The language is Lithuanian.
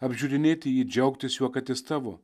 apžiūrinėti jį džiaugtis juo kad jis tavo